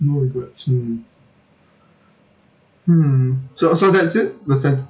no regrets hmm hmm so so that's it the sentence